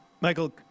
Michael